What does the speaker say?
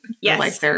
Yes